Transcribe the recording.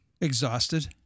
exhausted